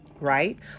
Right